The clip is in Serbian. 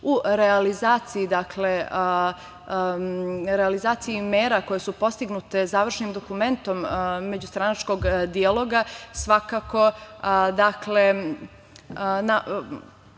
u realizaciji mera koje su postignute završnim dokumentom međustranačkog dijaloga, svakako